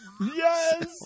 Yes